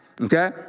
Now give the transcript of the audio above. Okay